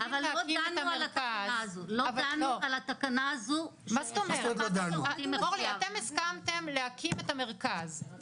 אז עלות הנגשת האתר הכי מסובך שקיים בעולם מגיעה ל-200,000 שקל לאתר.